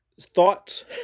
thoughts